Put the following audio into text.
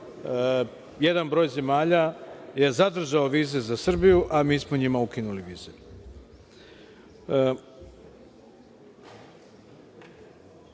jedan broj zemalja je zadržao vize za Srbiju, a mi smo njima ukinuli vize. Mi